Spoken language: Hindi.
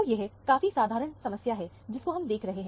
तो यह काफी साधारण समस्या है जिसको हम देख रहे हैं